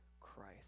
Christ